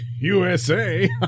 USA